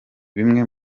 bimwe